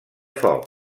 focs